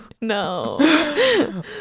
No